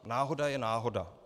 Náhoda je náhoda.